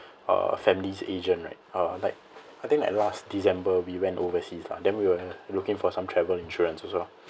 uh family's agent right like I think like last december we went overseas lah then we were looking for some travel insurance also lah